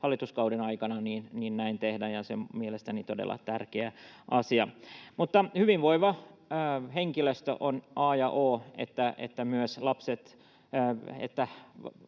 hallituskauden aikana näin tehdään, ja se on mielestäni todella tärkeä asia. Hyvinvoiva henkilöstö on a ja o — että myös lapset